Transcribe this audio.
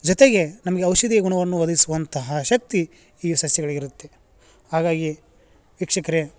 ಜೊತೆಗೆ ನಮಗೆ ಔಷಧೀಯ ಗುಣವನ್ನು ಒದಗಿಸುವಂತಹ ಶಕ್ತಿ ಈ ಸಸ್ಯಗಳಿಗಿರುತ್ತೆ ಹಾಗಾಗಿ ವೀಕ್ಷಕರೆ